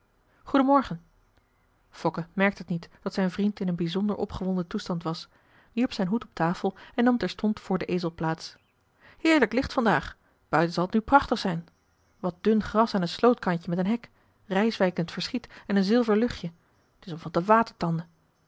fokke merkte t niet dat zijn vriend in een bijzonder opgewonden toestand was wierp zijn hoed op tafel en nam terstond voor den ezel plaats heerlijk licht van daag buiten zal t nu prachtig zijn wat dun gras aan een slootkantje met een hek rijswijk in t verschiet en een zilver luchtje t is om van te watertanden